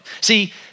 See